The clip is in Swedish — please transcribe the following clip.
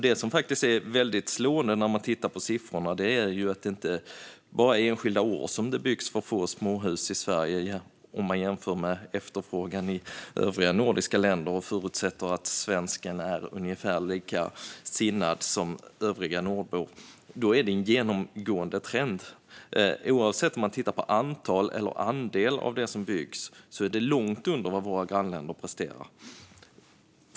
Det som faktiskt är väldigt slående när man tittar på siffrorna är att det inte är bara enskilda år som det byggs för få småhus i Sverige. Om man jämför med efterfrågan i övriga nordiska länder och förutsätter att svensken är ungefär likasinnad med övriga nordbor är det en genomgående trend. Oavsett om man tittar på antal eller andel av det som byggs är det långt under vad våra grannländer presterar.